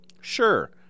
Sure